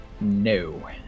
No